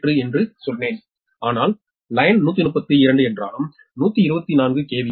8 என்று சொன்னேன் ஆனால் லைன் 132 என்றாலும் 124 கே